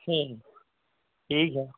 हूँ ठीक है